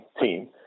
team